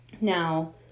Now